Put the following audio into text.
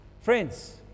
Friends